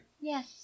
Yes